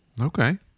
Okay